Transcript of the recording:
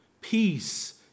peace